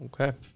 Okay